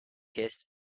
kiss